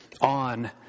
on